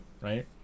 right